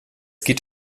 geht